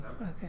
Okay